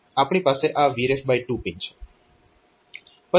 તો આપણી પાસે આ Vref 2 પિન છે